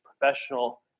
professional